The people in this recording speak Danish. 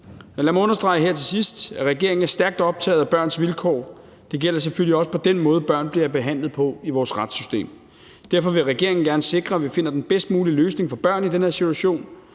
lad mig understrege her til sidst, at regeringen er stærkt optaget af børns vilkår. Det gælder selvfølgelig også den måde, børn bliver behandlet på i vores retssystem. Derfor vil regeringen gerne sikre, at vi finder den bedst mulige løsning for børn i den her situation,